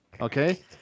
Okay